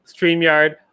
StreamYard